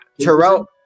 terrell